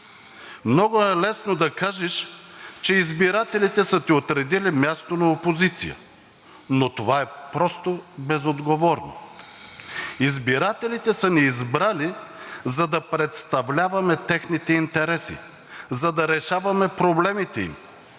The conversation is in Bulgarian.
Много е лесно да кажеш, че избирателите са ти отредили място на опозиция, но това е просто безотговорно. Избирателите са ни избрали, за да представляваме техните интереси, за да решаваме проблемите им,